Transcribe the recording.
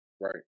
Right